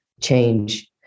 change